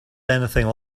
anything